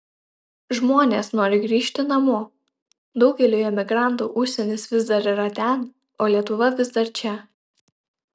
žmonės nori grįžti namo daugeliui emigrantų užsienis vis dar yra ten o lietuva vis dar čia